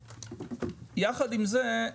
יחד עם זאת,